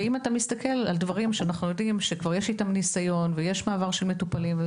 ואם מדובר על דברים שכבר יש איתם ניסיון וכבר יש מעבר של מטופלים,